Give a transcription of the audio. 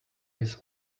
his